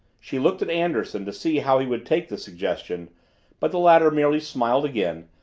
she looked at anderson to see how he would take the suggestion but the latter merely smiled again,